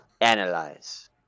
Analyze